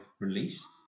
released